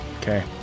Okay